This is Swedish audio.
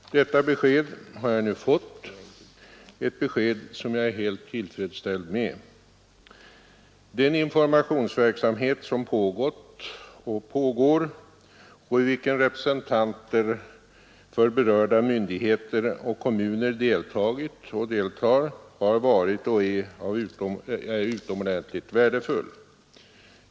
Detta besked har jag nu fått — ett besked som jag är helt tillfredsställd med. Den informationsverksamhet som pågått och pågår och där representanter för berörda myndigheter och kommuner deltagit och deltar har varit och är utomordentligt värdefull.